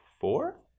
four